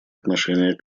отношение